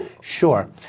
Sure